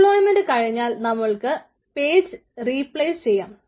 deployment ചെയ്യാം